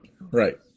Right